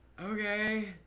Okay